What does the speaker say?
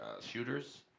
Shooter's